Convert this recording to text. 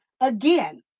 again